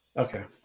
okay,